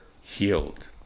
healed